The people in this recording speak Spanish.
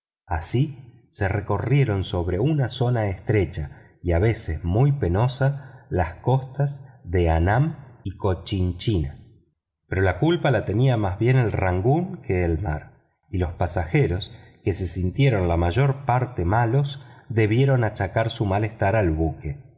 así se recorrieron sobre una zona estrecha y a veces muy penosa las costas de anam y cochinchina pero la culpa la tenía más bien el rangoon que el mar y los pasajeros que se sintieron la mayor parte enfermos debieron achacar su malestar al buque